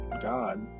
God